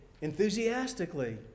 enthusiastically